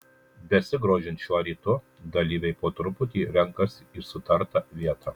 besigrožint šiuo rytu dalyviai po truputį renkasi į sutartą vietą